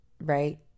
right